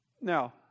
Now